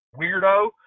weirdo